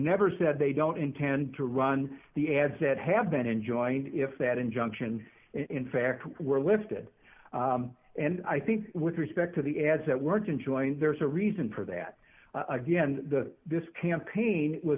never said they don't intend to run the ads that have been enjoined if that injunction in fact were lifted and i think with respect to the ads that were joined there's a reason for that again the this campaign was